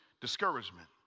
discouragement